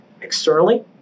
externally